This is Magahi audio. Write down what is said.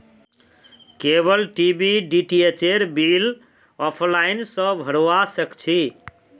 केबल टी.वी डीटीएचेर बिल ऑफलाइन स भरवा सक छी